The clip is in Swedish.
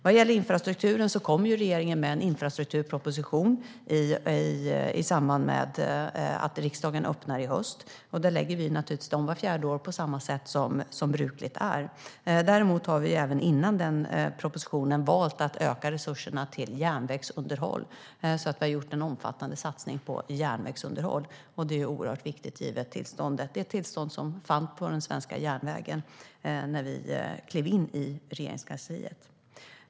Vad gäller infrastrukturen kommer regeringen med en infrastrukturproposition i samband med att riksmötet öppnar i höst. Vi lägger naturligtvis fram infrastrukturpropositionen vart fjärde år, som brukligt är. Däremot har vi även innan propositionen kommer valt att öka resurserna till järnvägsunderhåll. Vi har alltså gjort en omfattande satsning på järnvägsunderhåll, och det är oerhört viktigt givet det tillstånd den svenska järnvägen var i när vi klev in på Regeringskansliet.